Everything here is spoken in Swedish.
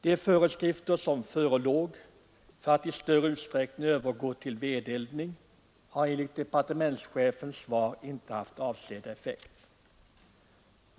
De föreskrifter som förelåg om att man i större utsträckning skulle kunna övergå till vedeldning har enligt departementschefens svar inte haft avsedd effekt.